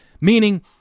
meaning